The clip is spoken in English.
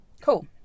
Cool